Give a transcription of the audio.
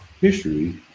history